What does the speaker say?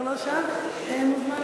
מוזמן